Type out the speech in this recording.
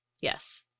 Yes